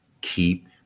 Keep